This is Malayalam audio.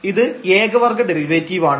ഇത് ഏക വർഗ്ഗ ഡെറിവേറ്റീവാണ്